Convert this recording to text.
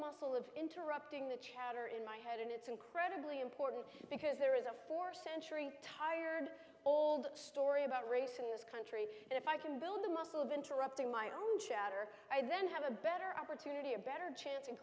muscle of interrupting the chatter in my head and it's incredibly important because there is a four century tired old story about race in this country that if i can build the muscle of interrupting my own chatter i then have a better opportunity a better chance a